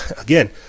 again